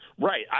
right